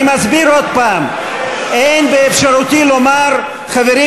אני מסביר עוד הפעם: אין באפשרותי לומר: חברים,